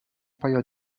paio